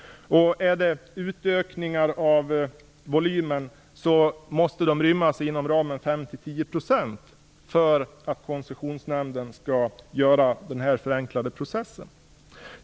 Är det utökningar av volymen det gäller, måste de rymmas inom ramen 5-10 % för att Koncessionsnämnden skall tillämpa den förenklade processen.